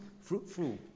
fruitful